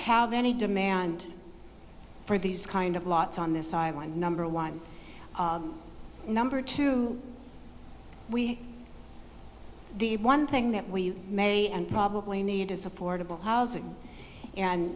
have any demand for these kind of lots on this island number one number two we do you one thing that we may and probably need to supportable housing and